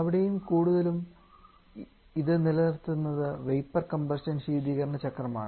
അവിടെയും കൂടുതലും ഇവിടെ നിലനിർത്തുന്നത് വേപ്പർ കംപ്രഷൻ ശീതീകരണ ചക്രമാണ്